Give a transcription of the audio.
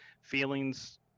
Feelings